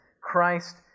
Christ